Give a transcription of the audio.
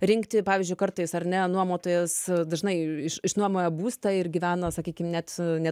rinkti pavyzdžiui kartais ar ne nuomotojas dažnai iš išnuomoja būstą ir gyvena sakykim net ne